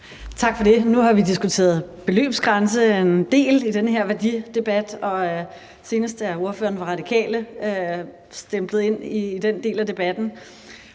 Tak for det. Nu har vi diskuteret beløbsgrænse i en del af den her værdidebat, og senest er ordføreren fra Radikale Venstre stemplet ind i den del af debatten,